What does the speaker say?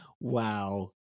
Wow